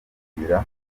kwakira